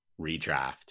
redraft